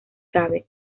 cabe